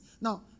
Now